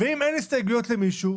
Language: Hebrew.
ואם אין הסתייגויות למישהו,